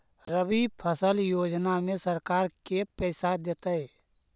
रबि फसल योजना में सरकार के पैसा देतै?